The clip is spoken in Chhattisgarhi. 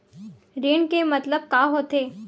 ऋण के मतलब का होथे?